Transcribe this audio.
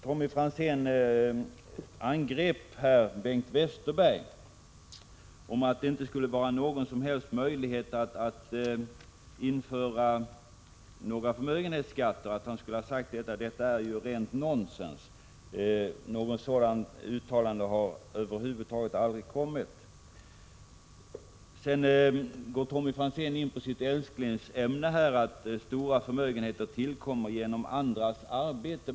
Tommy Franzén angrep Bengt Westerberg och påstod att han hade sagt att det inte var möjligt att införa några förmögenhetsskatter. Det är ju rent nonsens. Något sådant uttalande har Bengt Westerberg aldrig gjort. Sedan kom Tommy Franzén in på sitt älsklingsämne, att stora förmögenheter uppkommer genom andras arbete.